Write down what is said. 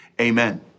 amen